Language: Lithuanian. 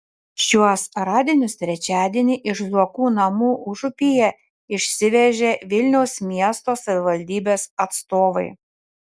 šiuos radinius trečiadienį iš zuokų namų užupyje išsivežė vilniaus miesto savivaldybės atstovai